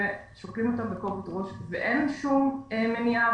שוקלים אותן בכובד ראש ואין שום מניעה,